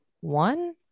one